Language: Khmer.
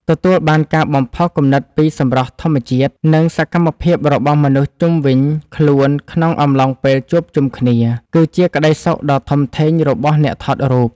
ទទួលបានការបំផុសគំនិតពីសម្រស់ធម្មជាតិ និង សកម្មភាពរបស់មនុស្សជុំវិញខ្លួនក្នុងអំឡុងពេលជួបជុំគ្នាគឺជាក្តីសុខដ៏ធំធេងរបស់អ្នកថតរូប។